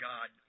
God